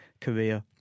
career